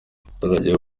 abaturage